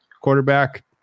quarterback